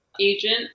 agent